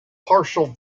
partial